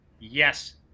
Yes